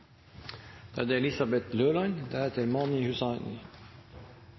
Da er det